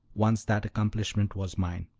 once that accomplishment was mine.